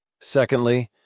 Secondly